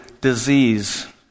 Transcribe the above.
disease